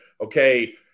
okay